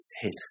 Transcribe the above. hit